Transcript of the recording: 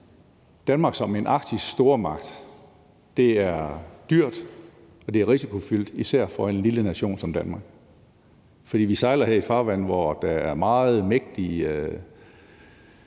Danmark at være en arktisk stormagt, især for en lille nation som Danmark. For vi sejler her i farvand, hvor der er meget mægtige